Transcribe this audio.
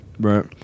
right